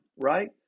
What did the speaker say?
right